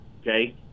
okay